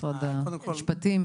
משרד המשפטים?